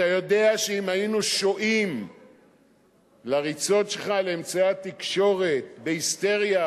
אתה יודע שאם היינו שועים לריצות שלך לאמצעי התקשורת בהיסטריה,